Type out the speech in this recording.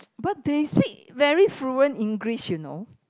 but they speak very fluent English you know